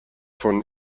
von